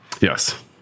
Yes